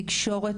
תקשורת.